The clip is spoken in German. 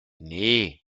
nee